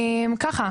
ככה,